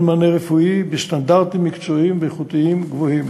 מענה רפואי בסטנדרטים מקצועיים ואיכותיים גבוהים.